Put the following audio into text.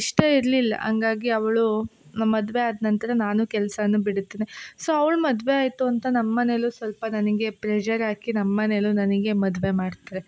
ಇಷ್ಟ ಇರಲಿಲ್ಲ ಹಂಗಾಗಿ ಅವಳು ನ ಮದುವೆ ಆದ ನಂತರ ನಾನು ಕೆಲ್ಸವನ್ನು ಬಿಡುತ್ತೇನೆ ಸೊ ಅವ್ಳ ಮದುವೆ ಆಯಿತು ಅಂತ ನನ್ನ ಮನೆಲೂ ಸ್ವಲ್ಪ ನನಗೆ ಪ್ರೆಝರ್ ಹಾಕಿ ನಮ್ಮ ಮನೆಲೂ ನನಗೆ ಮದುವೆ ಮಾಡ್ತಾರೆ